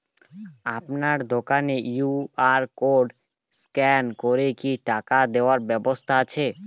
আপনার দোকানে Q R code scan করে কি টাকা দেওয়ার ব্যবস্থা আছে?